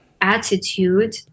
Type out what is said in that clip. attitude